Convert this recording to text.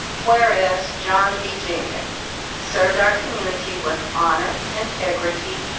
whereas john d. jenkins served our community with honor, integrity,